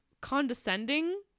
condescending